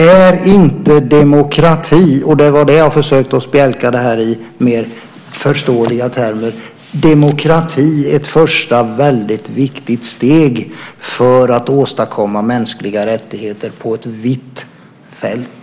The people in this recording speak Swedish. Är inte demokrati - jag försökte spjälka det här i mer förståeliga termer - ett första väldigt viktigt steg emot att åstadkomma mänskliga rättigheter på ett vitt fält?